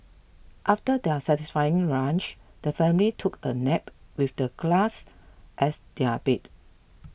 after their satisfying lunch the family took a nap with the glass as their bed